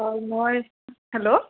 হয় মই হেল্ল'